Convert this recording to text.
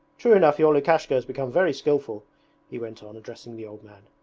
true enough your lukashka has become very skilful he went on, addressing the old man.